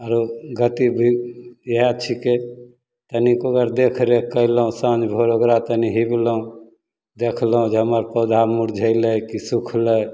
आरो गति भी इएहे छिकय तनिक ओकर देखरेख करलहुँ साँझ भोर ओकरा तनि हिगलहुँ देखलहुँ जे हमर पौधा मुरझेलय कि सुखलय